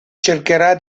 cercherà